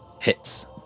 Hits